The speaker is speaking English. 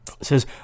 says